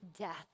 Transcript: death